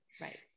Right